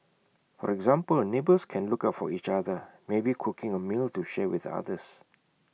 for example neighbours can look out for each other maybe cooking A meal to share with others